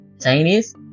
Chinese